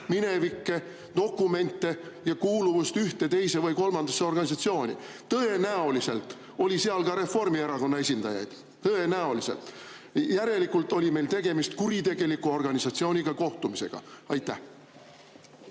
minevikku, dokumente ja kuuluvust ühte, teise või kolmandasse organisatsiooni. Tõenäoliselt oli seal ka Reformierakonna esindajaid. Tõenäoliselt! Järelikult oli meil tegemist kuritegeliku organisatsiooniga kohtumisega. Siin